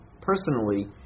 personally